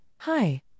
Hi